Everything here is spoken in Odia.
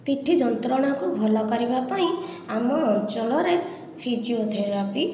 ପିଠି ଯନ୍ତ୍ରଣା କୁ ଭଲ କରିବାପାଇଁ ଆମ ଅଞ୍ଚଳରେ ଫିଜିଓଥେରାପି